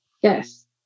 Yes